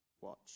watch